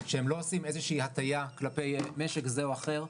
שהם לא עושים איזה שהיא הטיה כלפי משק זה או אחר,